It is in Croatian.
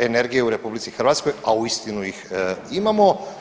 energije u RH a uistinu ih imamo.